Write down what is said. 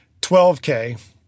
12K